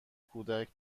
کودک